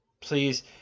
Please